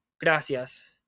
Gracias